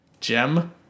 gem